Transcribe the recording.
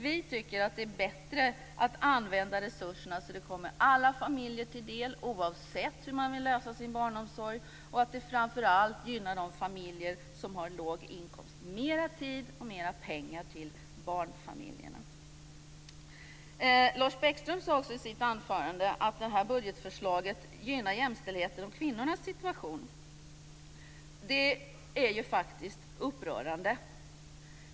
Vi tycker att det är bättre att använda resurserna så att de kommer alla familjer till del, oavsett hur man vill lösa sin barnomsorg, och framför allt så att de gynnar de familjer som har låg inkomst. Mera tid och mera pengar till barnfamiljerna! Lars Bäckström sade också i sitt anförande att det här budgetförslaget gynnar jämställdheten och kvinnornas situation. Det är ju faktiskt upprörande.